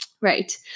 right